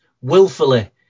willfully